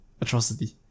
Atrocity